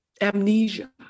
amnesia